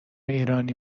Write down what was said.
ایرانی